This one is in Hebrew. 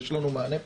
יש לנו מענה פה?